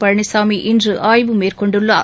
பழனிசாமி இன்று ஆய்வு மேற்கொண்டுள்ளார்